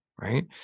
right